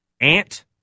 Ant